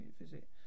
visit